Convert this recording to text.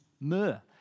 myrrh